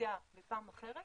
בפעם אחרת